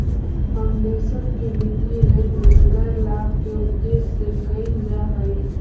foundation के वित्तीय लेन देन गैर लाभ के उद्देश्य से कईल जा हई